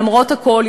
למרות הכול,